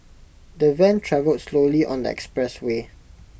the van travelled slowly on that expressway